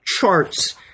charts